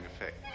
effect